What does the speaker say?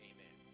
Amen